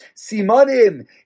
simanim